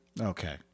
Okay